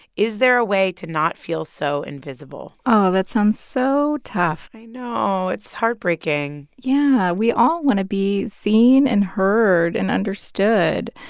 is there a way to not feel so invisible? oh, that sounds so tough i know. it's heartbreaking yeah. we all want to be seen and heard and understood.